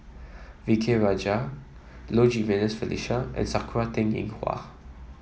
V K Rajah Low Jimenez Felicia and Sakura Teng Ying Hua